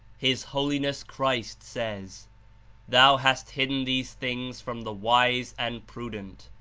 his holiness christ says thou hast hidden these things from the wise and prudent,